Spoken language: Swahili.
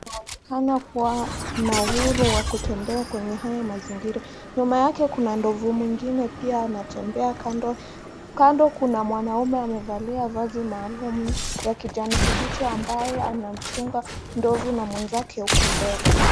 Waonekana kuwa na huru ya kutembea kwenye haya mazingira. Nyuma yake kuna ndovu mwingine pia anatembea kando. Kando kuna mwanaume amevalia vazi maalum ya kijani kibichi ambaye anamchunga ndovu na mwenzake huko mbele.